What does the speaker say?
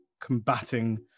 combating